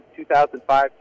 2005